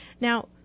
Now